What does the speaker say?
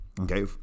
Okay